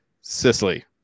Sicily